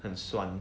很酸